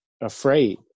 afraid